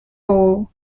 bulb